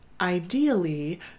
ideally